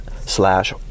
slash